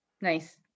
nice